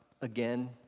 again